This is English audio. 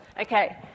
Okay